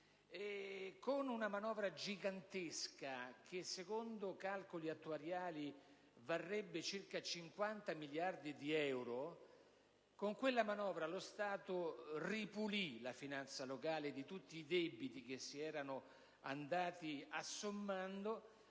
Con una manovra gigantesca, che, secondo calcoli attuariali, varrebbe circa 50 miliardi di euro, lo Stato ripulì la finanza locale di tutti i debiti che si erano andati assommando,